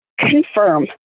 confirm